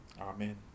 Amen